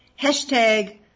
hashtag